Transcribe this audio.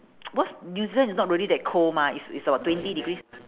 cause new zealand is not really that cold mah it's it's about twenty degrees